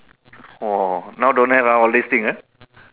!whoa! now don't have ah all these things ah